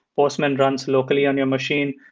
postman runs locally on your machine.